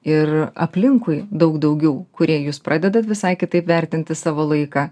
ir aplinkui daug daugiau kurie jūs pradedat visai kitaip vertinti savo laiką